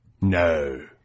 No